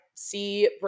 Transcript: see